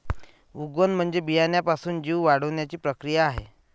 उगवण म्हणजे बियाण्यापासून जीव वाढण्याची प्रक्रिया आहे